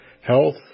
health